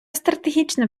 стратегічне